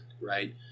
right